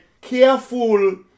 careful